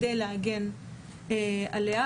כדי להגן עליה,